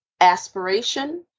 aspiration